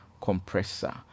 compressor